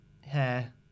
hair